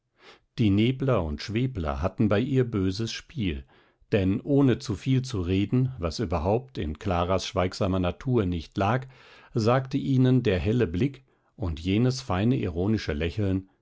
die nebler und schwebler hatten bei ihr böses spiel denn ohne zu viel zu reden was überhaupt in claras schweigsamer natur nicht lag sagte ihnen der helle blick und jenes feine ironische lächeln